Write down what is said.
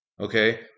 Okay